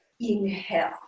inhale